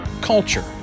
culture